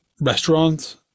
restaurant